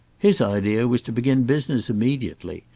his idea was to begin business immediately,